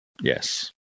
Yes